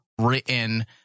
written